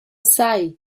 sai